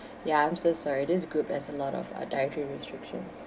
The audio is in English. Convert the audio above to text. ya I'm so sorry this group has a lot of uh dietary restrictions